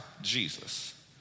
Jesus